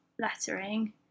lettering